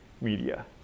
media